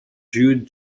jude